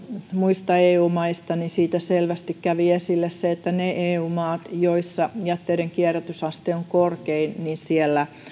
muista eu maista mitä valiokunnalle esitettiin selvästi kävi esille se että niissä eu maissa joissa jätteiden kierrätysaste on korkein